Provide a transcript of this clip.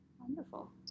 Wonderful